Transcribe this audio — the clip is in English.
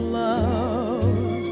love